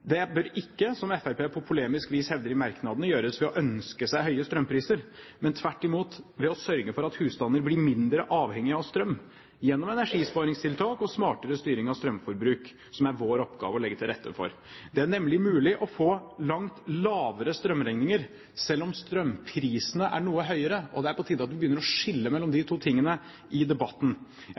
Det bør ikke, som Fremskrittspartiet på polemisk vis hevder i merknaden, gjøres ved å ønske seg høye strømpriser, men tvert imot ved å sørge for at husstandene blir mindre avhengige av strøm – gjennom energisparingstiltak og smartere styring av strømforbruk, som det er vår oppgave å legge til rette for. Det er nemlig mulig å få langt lavere strømregninger, selv om strømprisene er noe høyere. Det er på tide at vi begynner å skille mellom de to tingene i debatten.